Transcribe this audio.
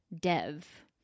dev